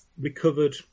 recovered